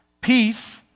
peace